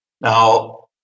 Now